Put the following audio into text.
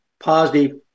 positive